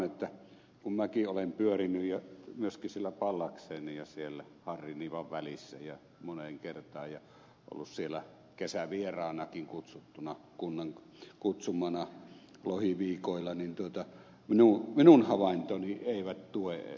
kun minäkin olen pyörinyt myöskin siellä pallaksen ja harrinivan välissä moneen kertaan ja ollut siellä kesävieraanakin kunnan kutsumana lohiviikoilla niin minun havaintoni eivät tue ed